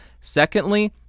Secondly